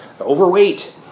overweight